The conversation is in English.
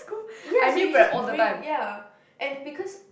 ya so you just bring ya and because